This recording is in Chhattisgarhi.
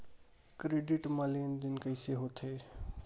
क्रेडिट मा लेन देन कइसे होथे?